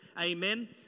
amen